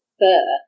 fur